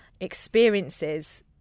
experiences